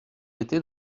était